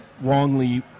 wrongly